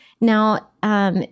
Now